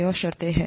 यह शर्तें हैं